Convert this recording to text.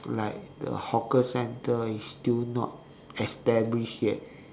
like the hawker centre it's still not established yet